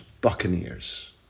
buccaneers